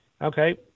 Okay